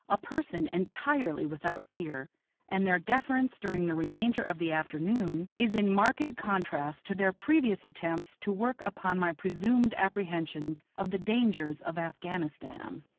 a person entirely without fear, and their deference during the remainder of the afternoon is in marked contrast to their previous attempts to work upon my presumed apprehensions of the dangers of afghanistan.